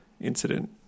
incident